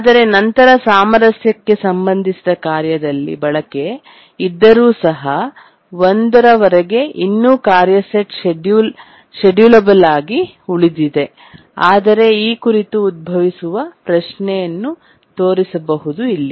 ಆದರೆ ನಂತರ ಸಾಮರಸ್ಯಕ್ಕೆ ಸಂಬಂಧಿಸಿದ ಕಾರ್ಯದಲ್ಲಿ ಬಳಕೆ ಇದ್ದರೂ ಸಹ 1 ರವರೆಗೆ ಇನ್ನೂ ಕಾರ್ಯ ಸೆಟ್ ಶೆಡ್ಯೂಲಬಲಾಗಿ ಉಳಿದಿದೆ ಆದರೆ ಈ ಕುರಿತು ಉದ್ಭವಿಸುವ ಪ್ರಶ್ನೆಯನ್ನು ತೋರಿಸಬಹುದು ಇಲ್ಲಿ